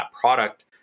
product